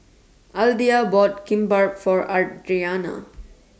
Alda bought Kimbap For Adrianna